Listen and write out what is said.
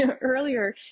earlier